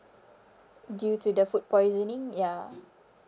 due to the food poisoning ya